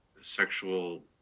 sexual